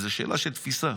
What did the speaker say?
זה שאלה של תפיסה.